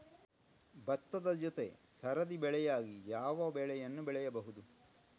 ಭತ್ತದ ಜೊತೆ ಸರದಿ ಬೆಳೆಯಾಗಿ ಯಾವ ಬೆಳೆಯನ್ನು ಬೆಳೆಯಬಹುದು?